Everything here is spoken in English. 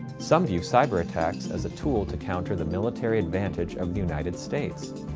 some view cyber attacks as a tool to counter the military advantage of the united states.